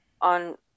on